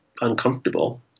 uncomfortable